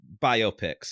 biopics